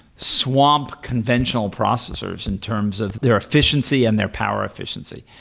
swamp conventional processors in terms of their efficiency and their power efficiency.